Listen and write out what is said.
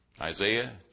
Isaiah